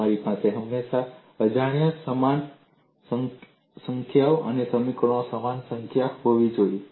તમારી પાસે હંમેશા અજાણ્યાઓની સમાન સંખ્યા અને સમીકરણોની સમાન સંખ્યા હોવી જોઈએ